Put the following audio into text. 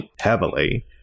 heavily